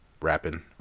rapping